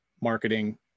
marketing